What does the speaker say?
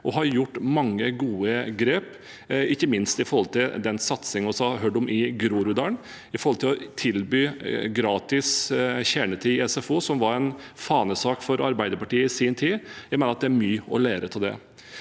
og har tatt mange gode grep, ikke minst den satsingen vi har hørt om i Groruddalen, og å tilby gratis kjernetid i SFO, som var en fanesak for Arbeiderpartiet i sin tid. Jeg mener at det er mye å lære av dette.